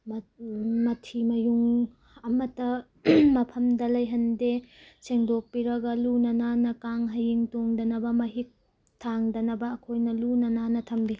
ꯃꯊꯤ ꯃꯌꯨꯡ ꯑꯝꯃꯠꯇ ꯃꯐꯝꯗ ꯂꯩꯍꯟꯗꯦ ꯁꯪꯡꯗꯣꯛꯄꯤꯔꯒ ꯂꯨꯅ ꯅꯥꯟꯅ ꯀꯥꯡ ꯍꯌꯤꯡ ꯇꯣꯡꯗꯅꯕ ꯃꯍꯤꯛ ꯊꯥꯡꯗꯅꯕ ꯑꯩꯈꯣꯏꯅ ꯂꯨꯅ ꯅꯥꯟꯅ ꯊꯝꯕꯤ